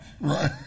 Right